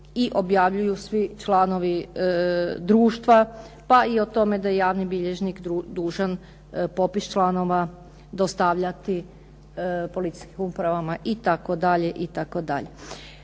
i objavljuju svi članovi društva, pa i o tome da javni bilježnik dužan popis članova dostavljati policijskim upravama, itd., itd.